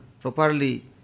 properly